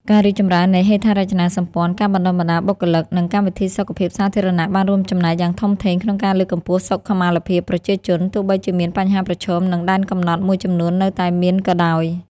ការរីកចម្រើននៃហេដ្ឋារចនាសម្ព័ន្ធ ការបណ្តុះបណ្តាលបុគ្គលិក និងកម្មវិធីសុខភាពសាធារណៈបានរួមចំណែកយ៉ាងធំធេងក្នុងការលើកកម្ពស់សុខុមាលភាពប្រជាជន ទោះបីជាមានបញ្ហាប្រឈម និងដែនកំណត់មួយចំនួននៅតែមានក៏ដោយ។